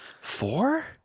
Four